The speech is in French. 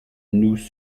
nous